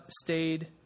stayed